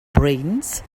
brains